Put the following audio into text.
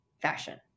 fashion